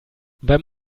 beim